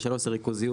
ושלוש זה ריכוזיות,